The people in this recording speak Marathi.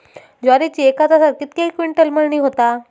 ज्वारीची एका तासात कितके क्विंटल मळणी होता?